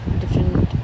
different